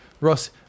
ross